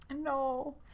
No